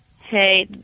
hey